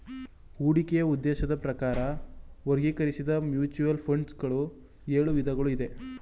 ಹೂಡಿಕೆಯ ಉದ್ದೇಶದ ಪ್ರಕಾರ ವರ್ಗೀಕರಿಸಿದ್ದ ಮ್ಯೂಚುವಲ್ ಫಂಡ್ ಗಳು ಎಳು ವಿಧಗಳು ಇದೆ